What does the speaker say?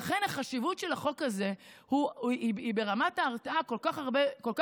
לכן החשיבות של החוק הזה ברמת ההרתעה היא כל כך גדולה,